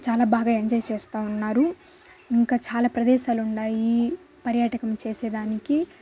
చాలా బాగా ఎంజాయ్ చేస్తూ ఉన్నారు ఇంకా చాలా ప్రదేశాలు ఉన్నాయి పర్యాటకం చేసేదానికి